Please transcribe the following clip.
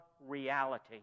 reality